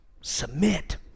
Submit